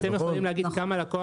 אתם יכולים להגיד כמה לקוח